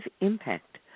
impact